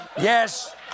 Yes